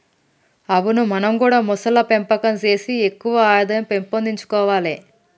అవును మనం గూడా మొసళ్ల పెంపకం సేసి ఎక్కువ ఆదాయం పెంపొందించుకొవాలే